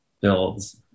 builds